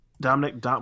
Dominic